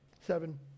seven